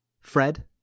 Fred